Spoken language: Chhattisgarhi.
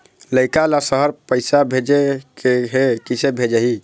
लइका ला शहर पैसा भेजें के हे, किसे भेजाही